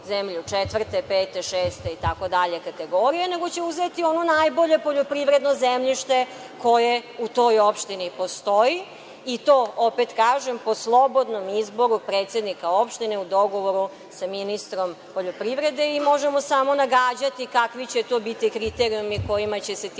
četvrte, pete, šeste, itd, kategorije, nego će uzeti ono najbolje poljoprivredno zemljište koje u toj opštini postoji, i to opet, kažem, po slobodnom izboru predsednika opštine u dogovoru sa ministrom poljoprivrede i možemo samo nagađati kakvi će to biti kriterijumi kojima će se ti ljudi